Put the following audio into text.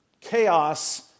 chaos